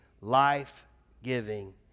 life-giving